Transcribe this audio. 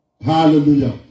Hallelujah